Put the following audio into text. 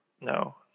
No